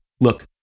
look